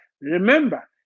Remember